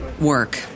work